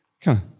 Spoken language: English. Come